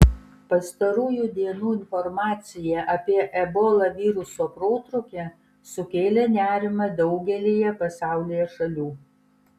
pastarųjų dienų informacija apie ebola viruso protrūkį sukėlė nerimą daugelyje pasaulyje šalių